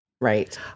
Right